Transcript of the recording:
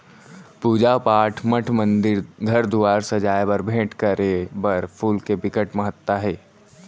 पूजा पाठ, मठ मंदिर, घर दुवार सजाए बर, भेंट करे बर फूल के बिकट महत्ता हे